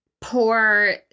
poor